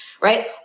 right